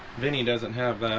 vinny doesn't have